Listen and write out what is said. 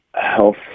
health